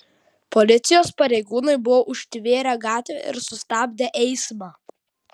policijos pareigūnai buvo užtvėrę gatvę ir sustabdę eismą